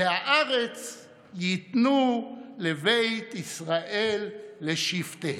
"והארץ יִתנו לבית ישראל לשבטיהם".